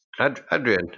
adrian